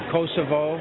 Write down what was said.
Kosovo